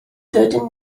dydyn